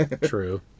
True